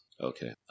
Okay